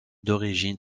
d’origine